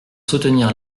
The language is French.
soutenir